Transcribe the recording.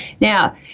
Now